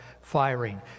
firing